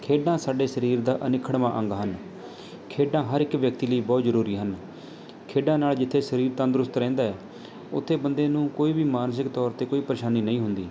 ਖੇਡਾਂ ਸਾਡੇ ਸ਼ਰੀਰ ਦਾ ਅਨਿੱਖਵਾਂ ਅੰਗ ਹਨ ਖੇਡਾਂ ਹਰ ਇੱਕ ਵਿਅਕਤੀ ਲਈ ਬਹੁਤ ਜ਼ਰੂਰੀ ਹਨ ਖੇਡਾਂ ਨਾਲ ਜਿੱਥੇ ਸਰੀਰ ਤੰਦਰੁਸਤ ਰਹਿੰਦਾ ਉੱਥੇ ਬੰਦੇ ਨੂੰ ਕੋਈ ਵੀ ਮਾਨਸਿਕ ਤੌਰ 'ਤੇ ਕੋਈ ਪ੍ਰੇਸ਼ਾਨੀ ਨਹੀਂ ਹੁੰਦੀ